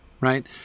right